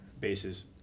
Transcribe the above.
bases